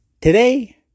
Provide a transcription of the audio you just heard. Today